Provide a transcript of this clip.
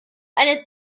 eine